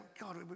God